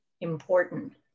important